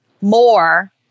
more